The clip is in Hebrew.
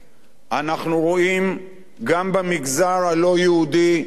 אנחנו רואים גם במגזר הלא-יהודי יותר